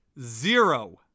Zero